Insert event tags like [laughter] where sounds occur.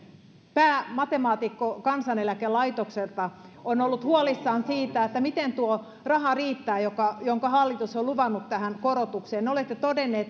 päämatemaatikko kansaneläkelaitokselta on ollut huolissaan siitä miten tuo raha riittää jonka hallitus on luvannut tähän korotukseen olette todenneet [unintelligible]